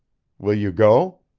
will you go?